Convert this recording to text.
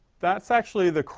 that's actually the,